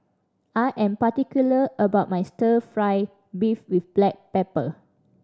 I am particular about my Stir Fry beef with black pepper